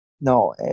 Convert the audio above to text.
No